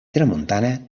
tramuntana